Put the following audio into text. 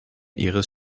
ihres